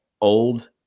old